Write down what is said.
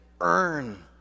earn